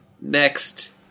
next